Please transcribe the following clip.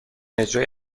اجرای